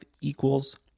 equals